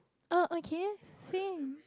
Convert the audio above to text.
oh okay same